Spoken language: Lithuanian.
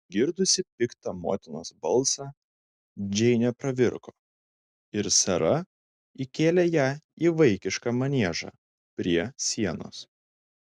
išgirdusi piktą motinos balsą džeinė pravirko ir sara įkėlė ją į vaikišką maniežą prie sienos